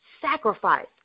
sacrifice